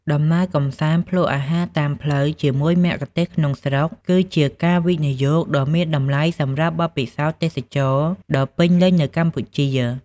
ដំណើរកម្សាន្តភ្លក្សអាហារតាមផ្លូវជាមួយមគ្គុទ្ទេសក៍ក្នុងស្រុក គឺជាការវិនិយោគដ៏មានតម្លៃសម្រាប់បទពិសោធន៍ទេសចរណ៍ដ៏ពេញលេញនៅកម្ពុជា។